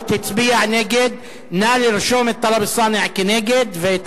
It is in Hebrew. האמת היא שחבר הכנסת טלב אלסאנע יושב